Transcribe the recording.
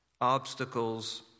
obstacles